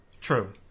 True